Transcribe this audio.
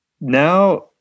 Now